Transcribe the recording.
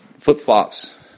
flip-flops